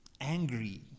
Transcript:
angry